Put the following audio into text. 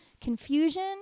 confusion